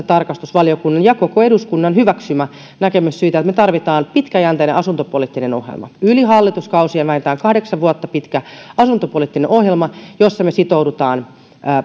tarkastusvaliokunnan ja koko eduskunnan hyväksymä näkemys siitä että me tarvitsemme pitkäjänteisen asuntopoliittisen ohjelman yli hallituskausien vähintään kahdeksan vuotta pitkän asuntopoliittisen ohjelman jossa me sitoudumme